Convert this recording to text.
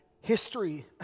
history